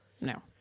no